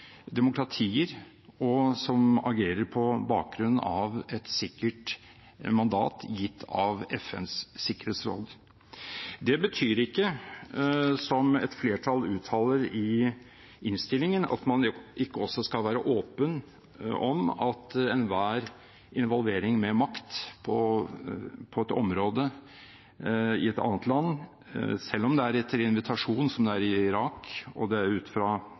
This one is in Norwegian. demokratier, og som agerer på bakgrunn av et sikkert mandat gitt av FNs sikkerhetsråd. Det betyr ikke, som et flertall uttaler i innstillingen, at man ikke også skal være åpen om at enhver involvering med makt på et område i et annet land – selv om det er etter invitasjon, som i Irak, og det er ut fra